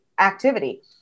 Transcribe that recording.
activity